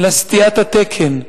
אלא סטיית התקן.